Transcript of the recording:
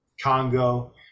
Congo